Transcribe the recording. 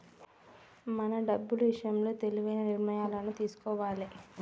మనం డబ్బులు ఇషయంలో తెలివైన నిర్ణయాలను తీసుకోవాలే